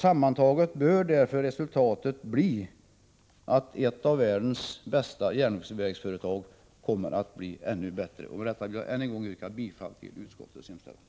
Sammantaget bör därför resultatet bli att ett av världens bästa järnvägsföretag kommer att bli ännu bättre. Med detta vill jag än en gång yrka bifall till utskottets hemställan.